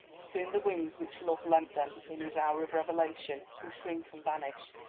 soon the wings which love lent them in his hour of revelation will shrink and vanish,